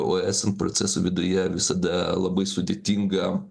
o esant proceso viduje visada labai sudėtinga